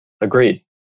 Agreed